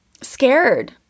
scared